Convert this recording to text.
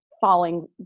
falling